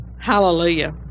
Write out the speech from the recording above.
Hallelujah